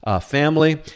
family